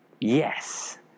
Yes